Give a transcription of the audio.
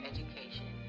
Education